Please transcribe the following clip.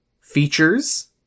features